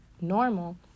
normal